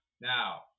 Now